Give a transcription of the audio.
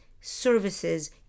services